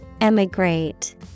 Emigrate